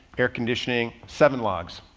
air conditioning, seven logs,